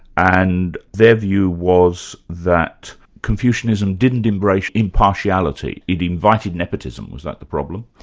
and their view was that confucianism didn't embrace impartiality, it invited nepotism was that the problem?